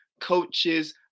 coaches